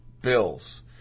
bills